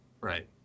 Right